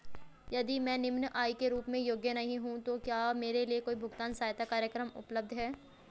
यदि मैं निम्न आय के रूप में योग्य नहीं हूँ तो क्या मेरे लिए कोई भुगतान सहायता कार्यक्रम उपलब्ध है?